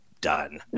Done